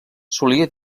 solia